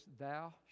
thou